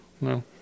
No